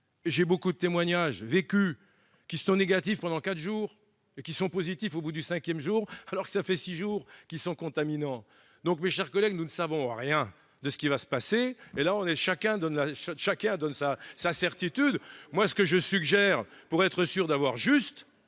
j'ai beaucoup de témoignages vécus qui sont négatifs pendant quatre jours et qui sont positifs au bout du 5ème jour alors que ça fait six jours qu'ils sont contaminants donc mes chers collègues, nous ne savons rien de ce qui va se passer, et là on est chacun donne là chacun donne sa sa certitude, moi ce que je suggère, pour être sûr d'avoir juste